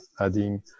adding